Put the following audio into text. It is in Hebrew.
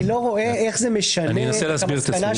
אני לא רואה איך זה משנה את המסקנה של שגית.